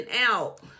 out